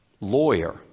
Lawyer